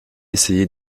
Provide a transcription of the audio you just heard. essayé